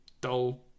dull